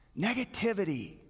negativity